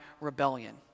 rebellion